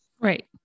Right